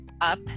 up